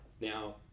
Now